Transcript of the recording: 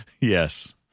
Yes